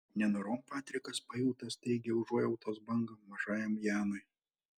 nenorom patrikas pajuto staigią užuojautos bangą mažajam janui